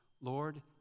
Lord